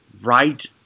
right